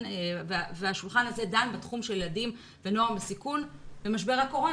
השולחן הזה דן בילדים ונוער בסיכון במשבר הקורונה,